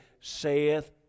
saith